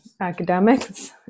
academics